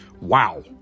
wow